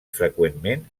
freqüentment